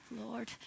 Lord